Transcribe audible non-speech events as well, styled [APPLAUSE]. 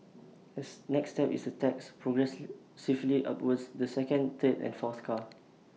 [UNINTELLIGIBLE] next step is A tax progressively upwards the second third and fourth car